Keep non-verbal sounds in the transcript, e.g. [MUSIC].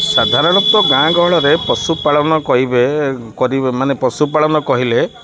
ସାଧାରଣତଃ ଗାଁ ଗହଳିରେ ପଶୁପାଳନ କହିବେ [UNINTELLIGIBLE] ମାନେ ପଶୁପାଳନ କହିଲେ